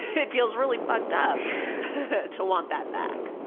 it feels really fucked-up to want that back.